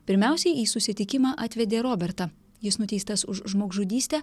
pirmiausiai į susitikimą atvedė robertą jis nuteistas už žmogžudystę